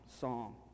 song